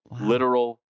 literal